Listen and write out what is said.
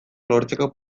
lortzeko